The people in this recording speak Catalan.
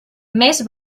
més